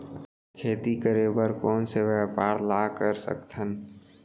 खेती करे बर कोन से व्यापार ला कर सकथन?